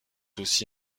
aussi